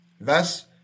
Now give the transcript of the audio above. Thus